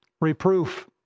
Reproof